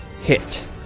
hit